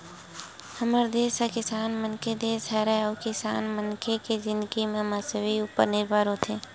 हमर देस ह किसान मन के देस हरय अउ किसान मनखे के जिनगी ह मवेशी उपर निरभर होथे